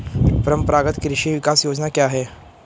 परंपरागत कृषि विकास योजना क्या है?